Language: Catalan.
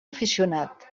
aficionat